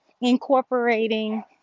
incorporating